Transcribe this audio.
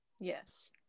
Yes